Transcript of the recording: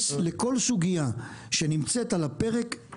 להיכנס לכל סוגייה שנמצאת קדימה על הפרק.